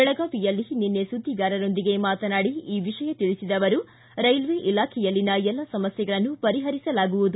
ಬೆಳಗಾವಿಯಲ್ಲಿ ನಿನ್ನೆ ಸುದ್ದಿಗಾರರೊಂದಿಗೆ ಮಾತನಾಡಿ ಈ ವಿಷಯ ತಿಳಿಸಿದ ಆವರು ರೈಲ್ವೆ ಇಲಾಖೆಯಲ್ಲಿನ ಎಲ್ಲ ಸಮಸ್ತೆಗಳನ್ನು ಪರಿಪರಿಸಲಾಗುವುದು